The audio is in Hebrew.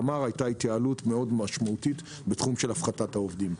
הייתה התייעלות מאוד משמעותית בתחום של הפחתת העובדים.